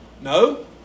No